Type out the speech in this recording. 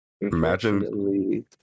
Imagine